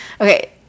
Okay